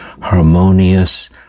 harmonious